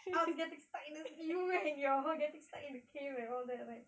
us getting stuck in the you and your getting stuck in the cave and all that right